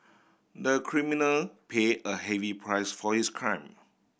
the criminal pay a heavy price for his crime